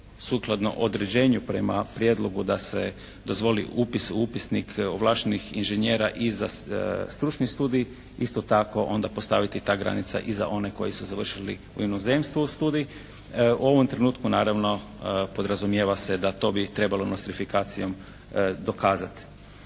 sukladno određenju prema prijedlogu da se dozvoli upis u Upisnik ovlaštenih inženjera i za stručni studij, isto tako onda postaviti ta granica i za one koji su završili u inozemstvu studij. U ovom trenutku naravno podrazumijeva se da to bi trebalo nostrifikacijom dokazat.